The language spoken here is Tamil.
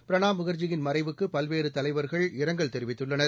பிரணாப் முகர்ஜியின் மறைவுக்கு பல்வேறு தலைவர்கள் இரங்கல் தெரிவித்துள்ளனர்